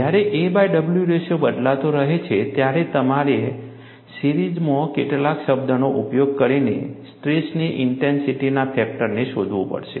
જ્યારે a by w ratio બદલાતો રહે છે ત્યારે તમારે સિરીજમાં કેટલાક શબ્દોનો ઉપયોગ કરીને સ્ટ્રેસની ઇન્ટેન્સિટીના ફેક્ટરને શોધવું પડશે